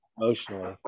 emotionally